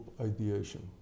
ideation